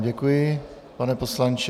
Děkuji vám, pane poslanče.